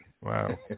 Wow